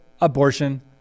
abortion